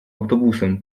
autobusem